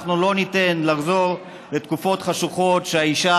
אנחנו לא ניתן לחזור לתקופות חשוכות שהאישה,